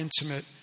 intimate